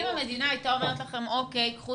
זו ישיבה משותפת לוועדה שלנו ולוועדה לעניין נגיף